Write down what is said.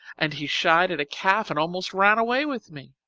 and he shied at a calf and almost ran away with me.